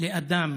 לאדם